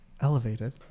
elevated